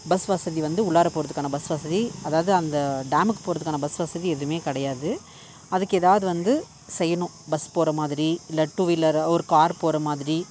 bus வசதி வந்து உள்ளார போகிறதுக்கான பஸ் வசதி அதாவது அந்த டேமுக்குப் போகிறதுக்கான பஸ் வசதி எதுவுமே கிடையாது அதுக்கு ஏதாவது வந்து செய்யணும் பஸ் போகிற மாதிரி இல்லை டூவீலரோ ஒரு கார் போகிற மாதிரி